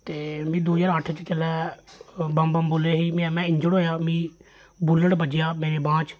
ते मिगी दो ज्हार अट्ठ च जेल्लै बम बम बोले ही में में इन्जर्ड होएआ मिगी बुल्ट बज्जेआ मेरे बांह् च